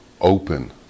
Open